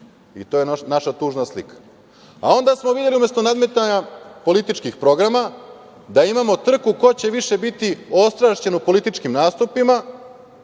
To je naša tužna slika. Onda smo videli umesto nadmetanja političkih programa, da imamo trku ko će više biti ostrašćen u političkim nastupima.